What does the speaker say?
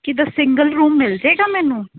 ਜਿੱਦਾਂ single room ਮਿਲ ਜਾਏਗਾ ਮੈਨੂੰ